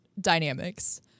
dynamics